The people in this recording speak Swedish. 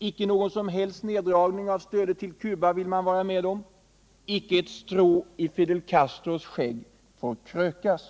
Icke någon som helst neddragning av stödet till Cuba vill man vara med om, icke ett strå i Fidel Castros skägg får krökas.